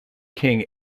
king